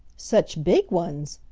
such big ones!